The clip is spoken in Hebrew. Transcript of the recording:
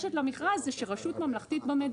-- זאת אומרת עצם היכולת לגשת למכרז זה שרשות ממלכתית במדינה